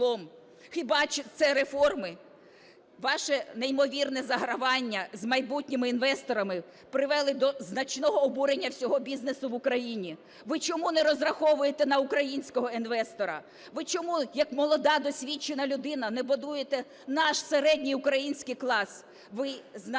Хіба це реформи? Ваше неймовірне загравання з майбутніми інвесторами привели до значного обурення всього бізнесу в Україні. Ви чому не розраховуєте на українського інвестора? Ви чому як молода, досвідчена людина не будуєте наш середній український клас? Ви знаєте,